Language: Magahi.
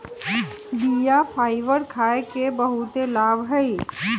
बीया फाइबर खाय के बहुते लाभ हइ